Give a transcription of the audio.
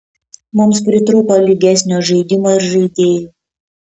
mums pritrūko lygesnio žaidimo ir žaidėjų